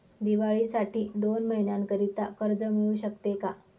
दिवाळीसाठी दोन महिन्याकरिता कर्ज मिळू शकते का?